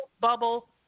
bubble